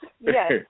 Yes